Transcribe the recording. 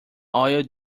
oil